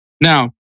Now